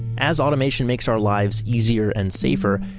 as automation makes our lives easier and safer,